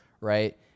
right